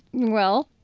well?